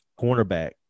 cornerback